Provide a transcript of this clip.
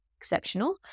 exceptional